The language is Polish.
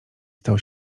stał